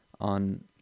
on